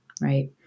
Right